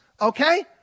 okay